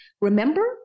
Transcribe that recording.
remember